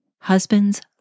Husbands